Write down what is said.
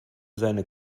seine